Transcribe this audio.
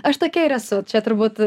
aš tokia ir esu čia turbūt